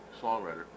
Songwriter